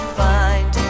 find